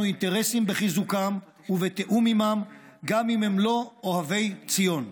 אינטרסים בחיזוקם ובתיאום עימם גם אם הם לא אוהבי ציון.